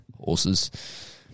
horses